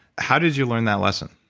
how did you learn that lesson?